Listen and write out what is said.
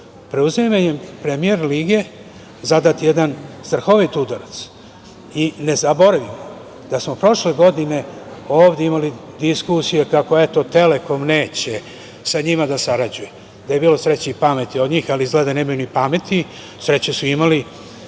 preuzimanjem premijer lige zadat jedan strahovit udarac i ne zaboravimo da smo prošle godine ovde imali diskusije kako, eto, „Telekom“ neće sa njima da sarađuje. Da je bilo sreće i pameti od njih, ali izgleda da nemaju ni pameti, sreće su imali,